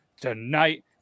tonight